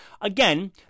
Again